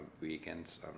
weekends